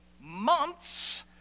months